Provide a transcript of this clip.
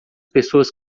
pessoas